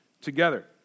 together